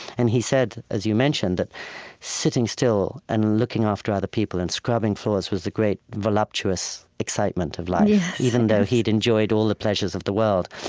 and he said, as you mentioned, that sitting still and looking after other people and scrubbing floors was a great voluptuous excitement of life, even though he'd enjoyed all the pleasures of the world.